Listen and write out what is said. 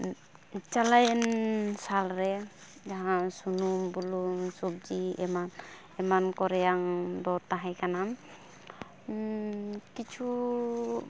ᱪᱟᱞᱟᱣᱮᱱ ᱥᱟᱞᱨᱮ ᱡᱟᱦᱟᱸ ᱥᱩᱱᱩᱢ ᱵᱩᱞᱩᱝ ᱥᱚᱵᱽᱡᱤ ᱮᱢᱟᱱ ᱮᱱᱟᱢᱠᱚ ᱨᱮᱭᱟᱝ ᱫᱚᱨ ᱛᱟᱦᱮᱸᱠᱟᱱᱟ ᱠᱤᱪᱷᱩᱻ